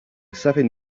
seven